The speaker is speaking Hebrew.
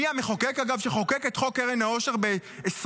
מי המחוקק, אגב, שחוקק את חוק קרן העושר ב-20214?